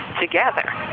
together